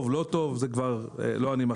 טוב, לא טוב, לא אני מחליט.